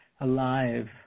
alive